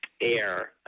air